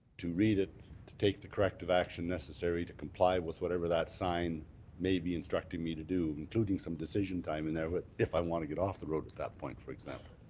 to read it, to take the corrective action necessary to comply with whatever that sign may be instructing me to do, including some decision time and if i want to get off the road at that point, for example.